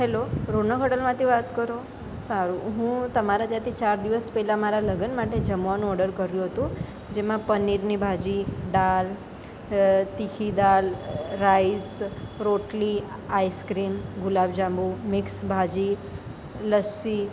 hello Ronak હોટલમાંથી વાત કરો સારું હું તમારે ત્યાંથી ચાર દિવસ પહેલાં મારા લગ્ન માટે જમવાનું ઓડર કર્યુ હતું જેમાં પનીરની ભાજી દાળ તીખી દાળ રાઈસ રોટલી આઇસક્રીમ ગુલાબ જાંબુ મીક્સ ભાજી લસ્સી